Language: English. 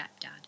stepdad